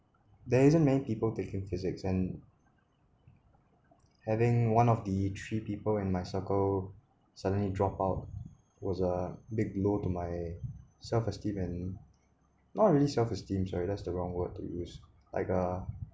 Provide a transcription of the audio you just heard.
there isn't many people taking physics and having one of the three people and masago suddenly drop out was a big load to my self-esteem and not really self-esteem sorry that's the wrong word to use like uh